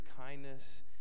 kindness